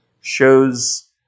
shows